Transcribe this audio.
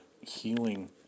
healing